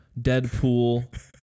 Deadpool